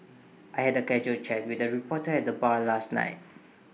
I had A casual chat with A reporter at the bar last night